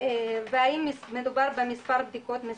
והאם מדובר במספר בדיקות מספק.